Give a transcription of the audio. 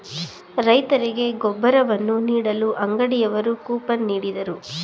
ರೈತರಿಗೆ ಗೊಬ್ಬರವನ್ನು ನೀಡಲು ಅಂಗಡಿಯವರು ಕೂಪನ್ ನೀಡಿದರು